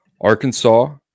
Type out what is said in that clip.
Arkansas